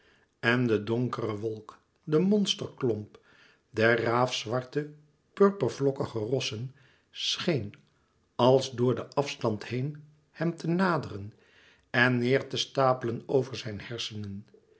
en de donkere wolk de monsterklomp der raafzwarte purper vlokkige rossen scheen als door den afstand heen hem te naderen en neêr te stapelen over zijn hersenen